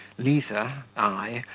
liza, i,